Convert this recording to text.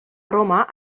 roma